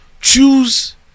Choose